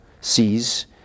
sees